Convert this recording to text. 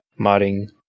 modding